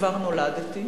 כבר נולדתי,